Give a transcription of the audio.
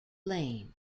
lane